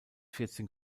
vierzehn